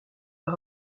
par